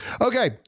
Okay